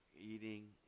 eating